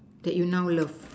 that you now love